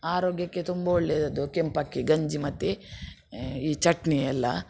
ಆರೋಗ್ಯಕ್ಕೆ ತುಂಬ ಒಳ್ಳೆದದು ಕೆಂಪಕ್ಕಿ ಗಂಜಿ ಮತ್ತು ಈ ಚಟ್ನಿಯೆಲ್ಲಾ